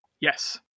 Yes